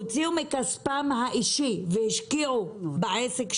הוציאו מכספם האישי והשקיעו בעסק שלהם.